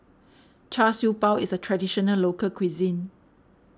Char Siew Bao is a Traditional Local Cuisine